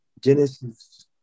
Genesis